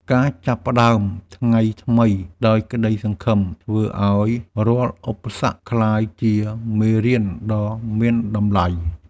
ការចាប់ផ្តើមថ្ងៃថ្មីដោយក្តីសង្ឃឹម ធ្វើឱ្យរាល់ឧបសគ្គក្លាយជាមេរៀនដ៏មានតម្លៃ។